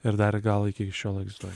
ir dar gal iki šiol egzistuoja